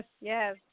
yes